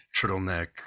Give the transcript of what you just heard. turtleneck